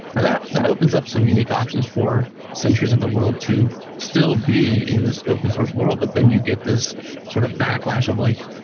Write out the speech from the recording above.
and that that opens up some unique options for sentry's of the world to still be in this open source world, but then you get this sort of backlash of like,